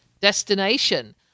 destination